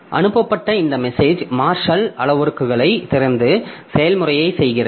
அனுப்பப்பட்ட இந்த message marshal அளவுருக்களைத் திறந்து செயல்முறையைச் செய்கிறது